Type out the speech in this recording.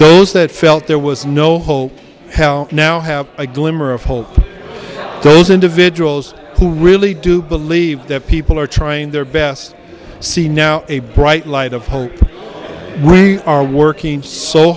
those that felt there was no hope now have a glimmer of hope those individuals who really do believe that people are trying their best see now a bright light of hope are working so